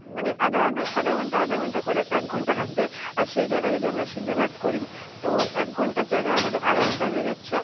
মানে আধা আধা আধা ঘন্টা আধা ঘন্টা করে এক ঘন্টা লাগবে আর সেই জায়গায় আমরা যদি সিদ্ধ ভাত করি তো এক ঘন্টার জায়গায় আমাদের আধা ঘন্টায় হয়ে যাচ্ছে